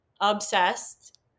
obsessed